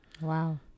wow